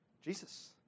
Jesus